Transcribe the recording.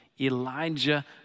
Elijah